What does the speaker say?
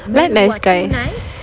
I like nice guys